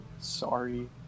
sorry